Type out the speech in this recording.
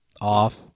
off